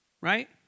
Right